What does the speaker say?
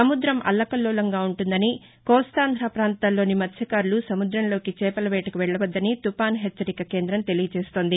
సముద్రం అల్లకల్లోలంగా ఉంటుందని కోస్తాంధ ప్రాంతాల్లోని మత్స్యకారులు సముద్రంలోకి చేపల వేటకు వెళ్లవద్దని తుపాన్ హెచ్చరికల కేంద్రం తెలియచేస్తోంది